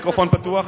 חבר הכנסת,